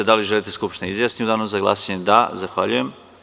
Da li želite da se Skupština izjasni u Danu za glasanje? (Da) Zahvaljujem.